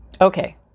okay